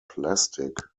plastic